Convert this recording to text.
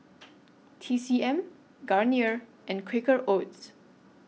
T C M Garnier and Quaker Oats